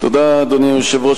אדוני היושב-ראש,